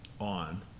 on